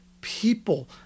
people